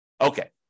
Okay